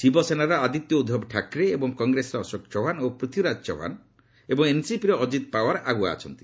ଶିବସେନାର ଆଦିତ୍ୟ ଉଦ୍ଧବ ଠାକ୍ରେ ଏବଂ କଂଗ୍ରେସର ଅଶୋକ ଚୌହାନ ଓ ପୃଥ୍ୱୀରାଜ ଚୌହାନ ଏବଂ ଏନ୍ସିପିର ଅଜିତ୍ ପାୱାର ଆଗୁଆ ଅଛନ୍ତି